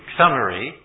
summary